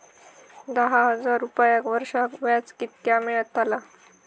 दहा हजार रुपयांक वर्षाक व्याज कितक्या मेलताला?